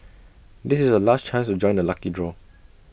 this is your last chance to join the lucky draw